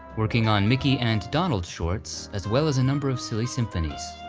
working on mickey and donald shorts, as well as a number of silly symphonies.